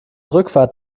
rückfahrt